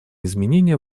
изменения